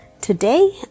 today